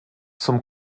zum